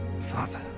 Father